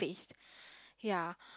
yeah